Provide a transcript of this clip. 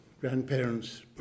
grandparents